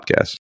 podcast